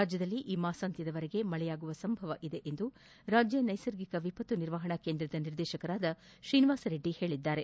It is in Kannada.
ರಾಜ್ವದಲ್ಲಿ ಈ ಮಾಸಾಂತ್ವದವರೆಗೆ ಮಳೆಯಾಗುವ ಸಂಭವವಿದೆ ಎಂದು ರಾಜ್ಯ ನೈಸರ್ಗಿಕ ವಿಪತ್ತು ನಿರ್ವಹಣಾ ಕೇಂದ್ರದ ನಿರ್ದೇಶಕ ಶ್ರೀನಿವಾಸ ರೆಡ್ಡಿ ಹೇಳಿದ್ದಾರೆ